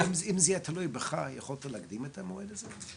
--- אם זה תלוי בך יכולת להקדים את המועד הזה?